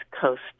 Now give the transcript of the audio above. coast